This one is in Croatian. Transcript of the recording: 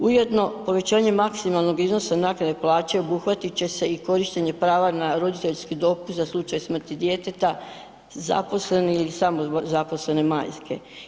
Ujedno povećanje maksimalnog iznosa naknade plaće obuhvatit će se i korištenje prava na roditeljski dopust za slučaj smrti djeteta zaposlene ili samozaposlene majke.